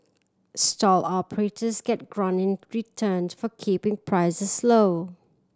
stall operators get grant in return for keeping prices low